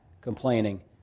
complaining